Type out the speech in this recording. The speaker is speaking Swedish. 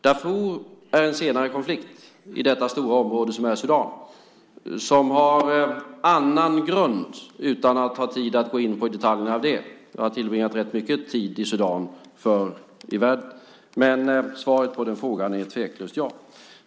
Darfur är en senare konflikt i det stora område som är Sudan och har en annan grund. Jag har inte tid att gå in på detaljerna i det. Jag har tillbringat rätt mycket tid i Sudan förr i världen. Men svaret på frågan är tveklöst ja.